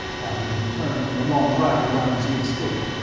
having returned from a long ride around the estate,